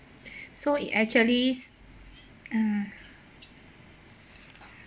so it actually uh